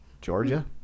Georgia